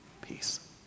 peace